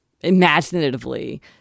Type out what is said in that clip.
imaginatively